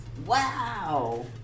Wow